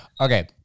Okay